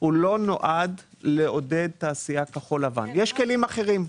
לא נועד לעודד תעשיית כחול-לבן יש כלים אחרים.